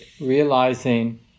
realizing